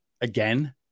again